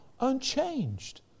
unchanged